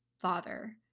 father